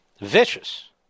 Vicious